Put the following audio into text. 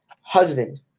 husband